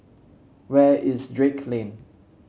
where is Drake Lane